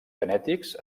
genètics